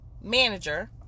manager